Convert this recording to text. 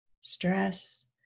stress